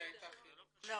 לא,